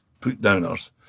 put-downers